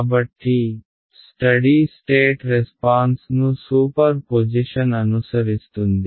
కాబట్టి steady state response ను superposition అనుసరిస్తుంది